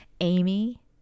Amy